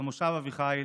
במושב אביחיל